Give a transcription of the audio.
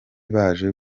baje